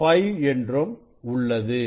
5 என்றும் உள்ளது